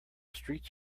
streets